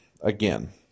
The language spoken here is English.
again